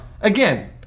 again